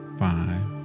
five